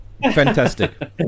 Fantastic